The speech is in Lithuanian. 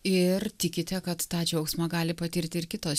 ir tikite kad tą džiaugsmą gali patirti ir kitos